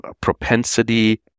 propensity